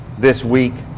this week